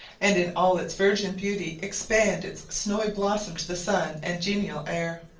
and in all its virgin beauty expand its snowy bosom to the sun and genial air.